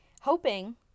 Hoping